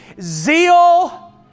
Zeal